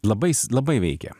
labai s labai veikia